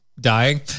dying